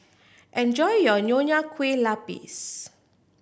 enjoy your Nonya Kueh Lapis